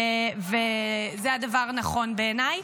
זה הדבר נכון בעיניי.